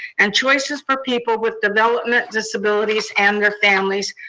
and choices for people with development disabilities, and their families,